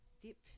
dip